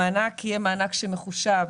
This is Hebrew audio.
המענק יהיה מענק שמחושב